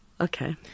Okay